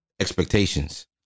Expectations